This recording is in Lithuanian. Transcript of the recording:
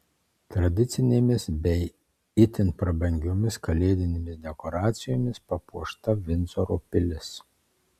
tradicinėmis bei itin prabangiomis kalėdinėmis dekoracijomis papuošta vindzoro pilis